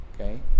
Okay